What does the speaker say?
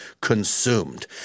consumed